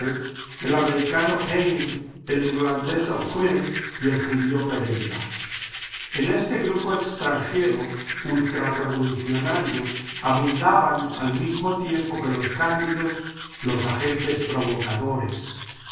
el americano payne el irlandés o'quin y el judío pereyra en este grupo extranjero ultrarrevolucionario abundaban al mismo tiempo que los candidos los agentes provocadores